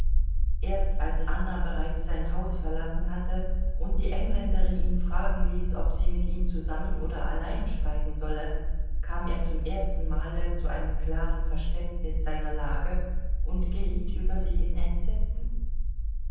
erst als anna bereits sein haus verlassen hatte und die engländerin ihn fragen ließ ob sie mit ihm zusammen oder allein speisen solle kam er zum ersten male zu einem klaren verständnis seiner lage und geriet über sie in entsetzen